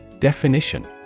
Definition